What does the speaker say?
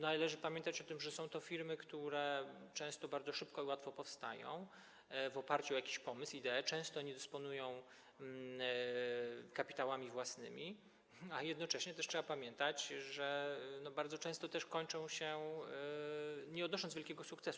Należy pamiętać o tym, że są to firmy, które często bardzo szybko i łatwo powstają w oparciu o jakiś pomysł, ideę, często nie dysponują kapitałami własnymi, a jednocześnie też trzeba pamiętać, że bardzo często też kończą, nie odnosząc wielkiego sukcesu.